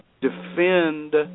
defend